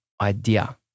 idea